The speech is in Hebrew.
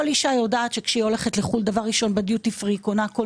כל אשה יודעת שכשהיא יוצאת לחו"ל דבר ראשון בדיוטי פרי היא קונה כל